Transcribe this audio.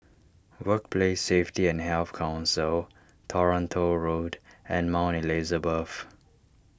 Workplace Safety and Health Council Toronto Road and Mount Elizabeth